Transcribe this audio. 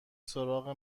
سراغ